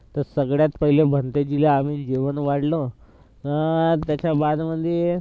तर सगळ्यात पहिले भंतेजीला आम्ही जेवण वाढलो त्याच्या बादमधे